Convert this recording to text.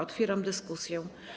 Otwieram dyskusję.